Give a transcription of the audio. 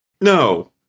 No